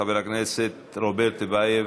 חבר הכנסת רוברט טיבייב.